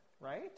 right